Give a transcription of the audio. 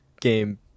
game